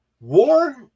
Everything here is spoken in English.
war